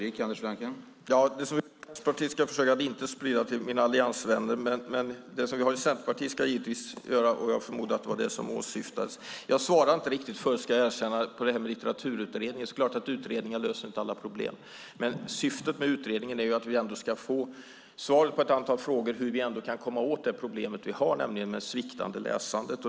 Herr talman! Det som finns i Vänsterpartiet ska jag försöka att inte sprida till mina alliansvänner, men det vi har i Centerpartiet ska jag givetvis sprida. Jag förmodar att det var det som åsyftades. Jag svarade inte riktigt på det här med Litteraturutredningen förut, ska jag erkänna. Det är klart att utredningar inte löser alla problem, men syftet med utredningen är att vi ändå ska få svar på ett antal frågor om hur vi kan komma åt det problem vi har med sviktande läsande.